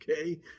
okay